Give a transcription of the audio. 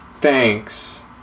Thanks